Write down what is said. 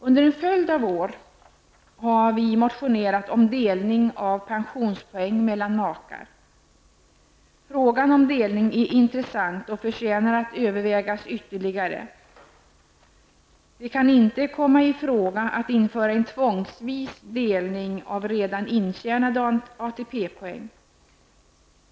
Under en följd av år har vi motionerat om delning av pensionspoäng mellan makar. Frågan om delning är intressant och förtjänar att övervägas ytterligare. Det kan inte komma i fråga att införa en tvångsvis delning av redan intjänade ATP poäng.